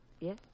Yes